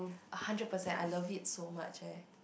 a hundred percent I love it so much leh